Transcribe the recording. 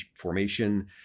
formation